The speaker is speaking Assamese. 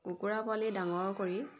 কুকুৰা পোৱালি ডাঙৰ কৰি